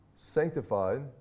sanctified